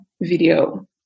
video